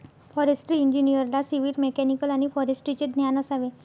forestry इंजिनिअरला civil, mechanical आणि फॉरेस्ट्रीचे ज्ञान असावे